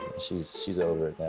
she's she's over it now.